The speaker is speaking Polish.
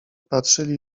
patrzyli